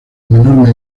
menor